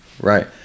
right